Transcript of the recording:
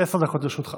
עשר דקות לרשותך.